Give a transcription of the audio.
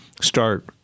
start